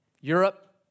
Europe